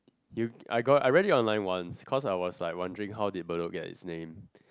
you I got I read it online once cause I was like wondering how did Bedok got it's name